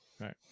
Right